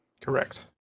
Correct